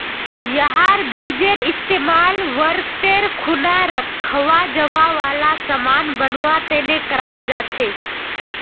यहार बीजेर इस्तेमाल व्रतेर खुना खवा जावा वाला सामान बनवा तने कराल जा छे